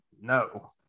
no